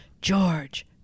George